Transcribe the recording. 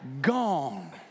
gone